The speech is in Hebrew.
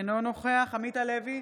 אינו נוכח עמית הלוי,